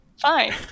Fine